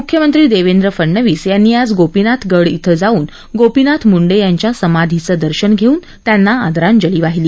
मुख्यमंत्री देवेंद्र फडनवीस यांनी आज गोपीनाथ गड इथं जाऊन गोपीनाथ मुंडे यांच्या समाधीचं दर्शन घेऊन त्यांना आदरांजली वाहिली